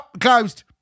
closed